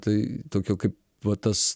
tai tokio kaip va tas